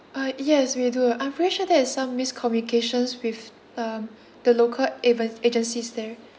uh yes we do I'm pretty sure there is some miscommunications with um the local ave~ agencies there